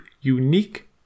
unique